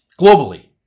globally